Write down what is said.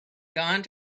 gone